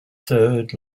third